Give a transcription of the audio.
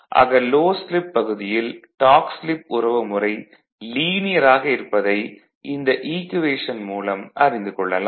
ஆக low slip பகுதியில் torque slip உறவுமுறை லீனியர் ஆக இருப்பதை இந்த ஈக்குவேஷன் மூலம் அறிந்து கொள்ளலாம்